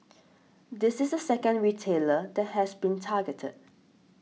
this is the second retailer that has been targeted